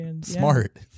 smart